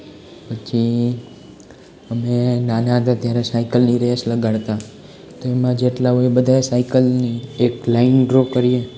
પછી અમે નાના હતા ત્યારે સાઈકલની રેસ લગાડતા તો એમાં જેટલા હોય બધાય સાઈકલની એક લાઈન ડ્રો કરીએ